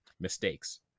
mistakes